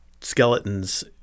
skeletons